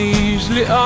easily